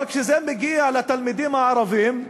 אבל כשזה מגיע לתלמידים הערבים,